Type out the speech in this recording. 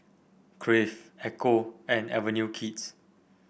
Crave Ecco and Avenue Kids